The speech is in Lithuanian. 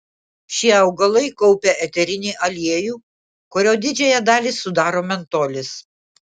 šie augalai kaupia eterinį aliejų kurio didžiąją dalį sudaro mentolis